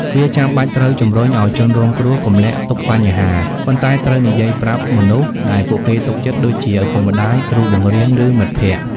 វាចាំបាច់ត្រូវ ជំរុញឲ្យជនរងគ្រោះកុំលាក់ទុកបញ្ហា ប៉ុន្តែត្រូវនិយាយប្រាប់មនុស្សដែលពួកគេទុកចិត្តដូចជាឪពុកម្តាយ គ្រូបង្រៀន ឬមិត្តភក្តិ។